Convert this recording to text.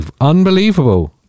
Unbelievable